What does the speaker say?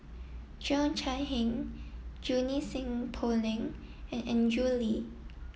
Cheo Chai Hiang Junie Sng Poh Leng and Andrew Lee